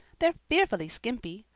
they're fearfully skimpy.